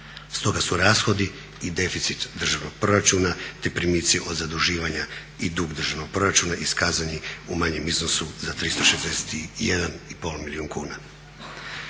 Stoga su rashodi i deficit državnog proračuna te primici od zaduživanja i dug državnog proračuna iskazani u manjem iznosu za 361,5 milijun kuna.